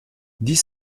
dix